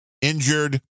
injured